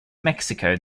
mexico